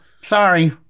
sorry